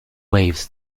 waves